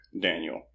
Daniel